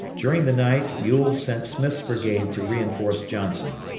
during the night ewell sent smith's brigade to reinforce johnson.